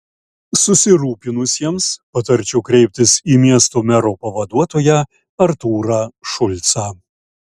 susirūpinusiesiems patarčiau kreiptis į miesto mero pavaduotoją artūrą šulcą